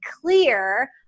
clear